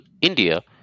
India